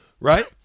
right